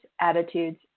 attitudes